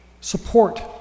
support